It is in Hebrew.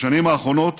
בשנים האחרונות